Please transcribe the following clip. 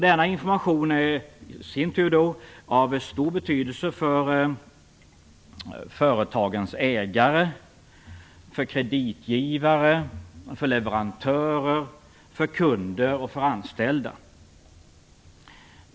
Denna information är i sin tur av stor betydelse för företagens ägare, kreditgivare, leverantörer, kunder och anställda.